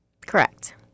Correct